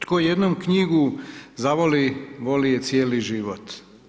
Tko jednom knjigu zavoli, voli je cijeli život.